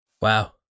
wow